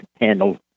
handled